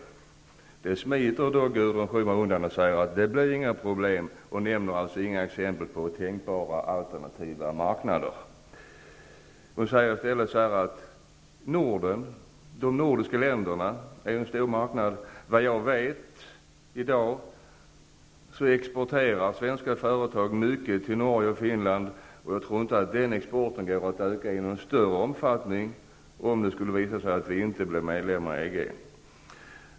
Gudrun Schyman smiter undan frågan och säger att det inte blir några problem, och hon nämner inga exempel på tänkbara alternativa marknader. Hon säger i stället att de nordiska länderna utgör en stor marknad. Efter vad jag vet exporterar i dag svenska företag mycket till Norge och Finland, och jag tror inte att den exporten skulle gå att öka i någon större omfattning om det skulle visa sig att vi inte blir medlemmar i EG.